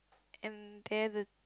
and there the